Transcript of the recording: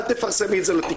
אל תפרסמי את זה לתקשורת.